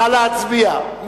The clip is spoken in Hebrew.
נא להצביע.